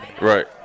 Right